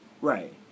Right